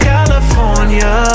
California